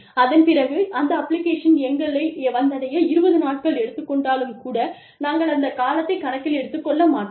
அதன் பிறகு அந்த அப்ளிகேஷன் எங்களை வந்தடைய 20 நாட்கள் எடுத்துக் கொண்டாலும் கூட நாங்கள் அந்த காலத்தைக் கணக்கில் எடுத்துக் கொள்ள மாட்டோம்